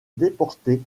déporté